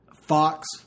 fox